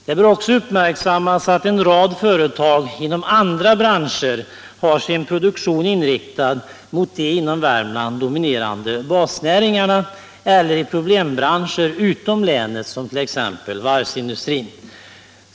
Det bör också uppmärksammas att en rad företag inom andra branscher har sin produktion inriktad mot de inom Värmland dominerande basnäringarna eller i problembranscher utom länet, som t.ex. varvsindustrin.